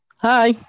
Hi